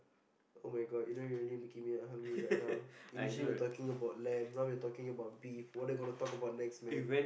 [oh]-my-god you know you really making me hungry right now initially we're talking about Lan now we're talking about beef what I gonna talk about next man